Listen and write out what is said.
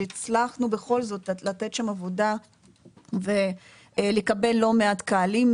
שהצלחנו בכל זאת לתת שם עבודה ולקבל לא מעט קהלים,